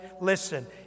Listen